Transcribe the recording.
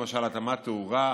למשל התאמת תאורה,